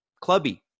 clubby